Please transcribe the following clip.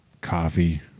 coffee